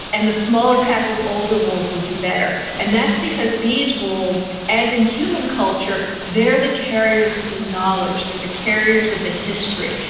and the smaller pack with older wolves will do better. and that's because these wolves, as in human culture, they're the carriers of the knowledge, they're the carriers of the history.